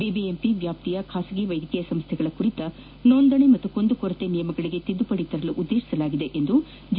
BBMP ವ್ಯಾಪ್ತಿಯ ಖಾಸಗಿ ವೈದ್ಯಕೀಯ ಸಂಸ್ದೆಗಳ ಕುರಿತ ನೋಂದಣಿ ಮತ್ತು ಕುಂದುಕೊರತೆ ನಿಯಮಗಳಿಗೆ ತಿದ್ದುಪಡಿ ತರಲು ಉದ್ದೇಶಿಸಲಾಗಿದೆ ಎಂದು ಜೆ